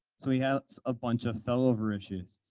so we had a bunch of fell over issues.